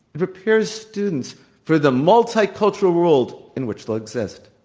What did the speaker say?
it prepares students for the multicultural world in which they'll exist.